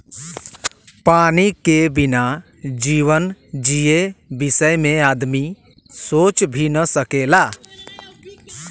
पानी के बिना जीवन जिए बिसय में आदमी सोच भी न सकेला